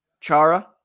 Chara